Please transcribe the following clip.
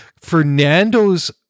Fernando's